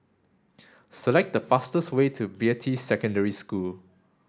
select the fastest way to Beatty Secondary School